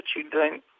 children